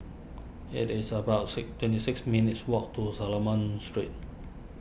it is about sic twenty six minutes' walk to Solomon Street